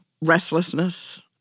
restlessness